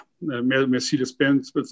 Mercedes-Benz